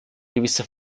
gewisse